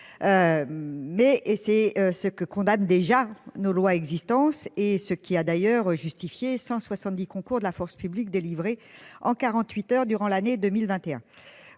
Mais et c'est ce que condamne déjà nos lois existence et ce qui a d'ailleurs justifié 170 concours de la force publique délivré en 48 heures durant l'année 2021.